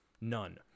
none